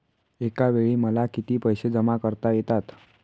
एकावेळी मला किती पैसे जमा करता येतात?